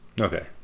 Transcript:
Okay